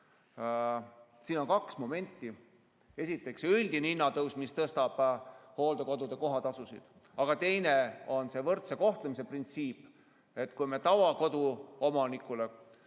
Siin on kaks momenti. Esiteks on üldine hinnatõus, mis tõstab hooldekodu kohatasu. Aga teine on võrdse kohtlemise printsiip. Kui me tavakoduomanikule